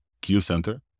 Q-Center